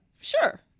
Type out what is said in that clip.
Sure